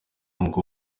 ngo